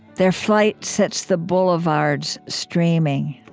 their flight sets the boulevards streaming.